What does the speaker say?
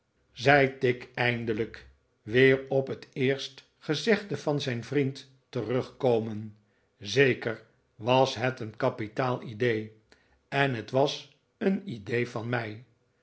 zei tigg eindelijk weer op het eerste gezegde van zijn vriend terugkomend zekpr was het een kapitaal idee en het was een idee van mij